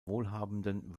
wohlhabenden